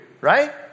right